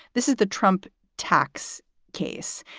this is the trump tax case.